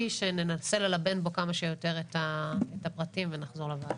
שננסה ללבן בו כמה שיותר את הפרטים ונחזור לוועדה.